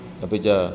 अचि च